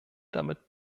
damit